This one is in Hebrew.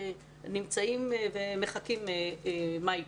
מעט פותחים את שנת הלימודים ועדיין כולם מחכים לראות מה יקרה.